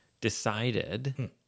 decided